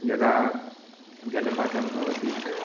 यदा जलपातः भवति